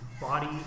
body